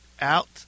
out